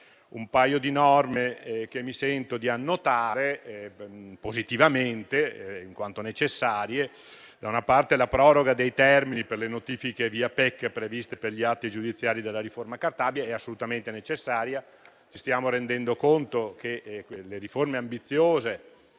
sono alcune norme che vorrei sottolineare positivamente in quanto necessarie. In primo luogo, vi è la proroga dei termini per le notifiche via PEC previste per gli atti giudiziari della riforma Cartabia, che è assolutamente necessaria. Ci stiamo rendendo conto che le riforme ambiziose